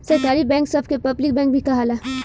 सरकारी बैंक सभ के पब्लिक बैंक भी कहाला